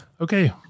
Okay